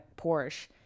Porsche